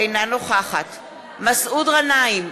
אינה נוכחת מסעוד גנאים,